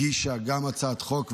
גם היא הגישה הצעת חוק,